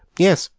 yes,